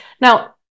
Now